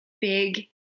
big